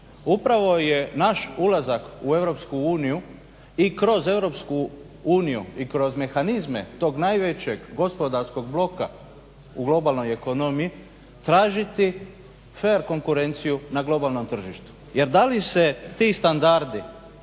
Upravo je naš ulazak u EU i kroz EU i kroz mehanizme tog najvećeg gospodarskog bloka u globalnoj ekonomiji tražiti fer konkurenciju na globalnom tržištu. Jer da li se ti standardi,